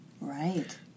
Right